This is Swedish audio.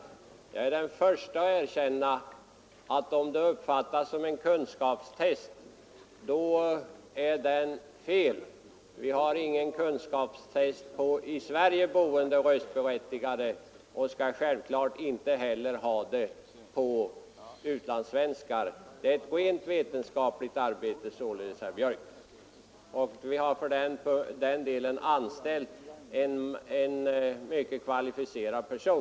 Jag är den förste att erkänna att detta frågeformulär skulle vara felaktigt, om det kunde uppfattas som en kunskapstest. Vi kunskapstestar inte i Sverige boende röstberättigade, och så skall självfallet inte heller ske med utlandssvenskarna. Det är, herr Björck, fråga om ett rent vetenskapligt arbete, och vi har för denna uppgift anställt en mycket kvalificerad person.